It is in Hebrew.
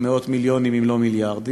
מאות מיליונים אם לא מיליארדים,